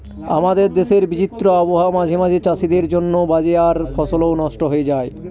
আমাদের দেশের বিচিত্র আবহাওয়া মাঝে মাঝে চাষীদের জন্য বাজে আর ফসলও নস্ট হয়ে যায়